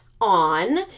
on